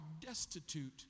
destitute